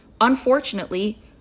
Unfortunately